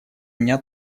меня